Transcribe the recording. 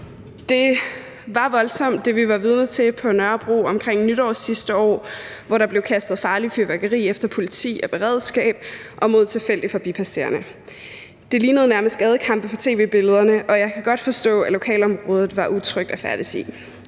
Det var voldsomt, hvad vi var vidner til omkring nytår sidste år på Nørrebro, hvor der blev kastet farligt fyrværkeri efter politi og beredskab og mod tilfældige forbipasserende. På tv-billederne lignede det nærmest gadekampe, og jeg kan godt forstå, at lokalområdet var utrygt at færdes i.